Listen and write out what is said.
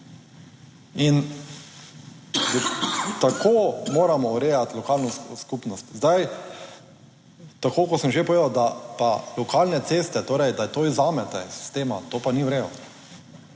In tako moramo urejati lokalno skupnost. Zdaj, tako kot sem že povedal, da pa lokalne ceste, torej, da to izvzamete iz sistema, to pa ni v redu.